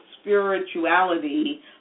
spirituality